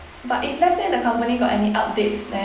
but if let's say the company got any updates then